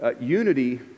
Unity